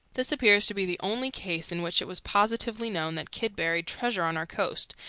this appears to be the only case in which it was positively known that kidd buried treasure on our coast,